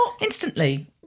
instantly